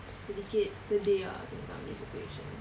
sedikit sedih ah tentang this situation